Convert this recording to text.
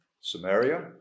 Samaria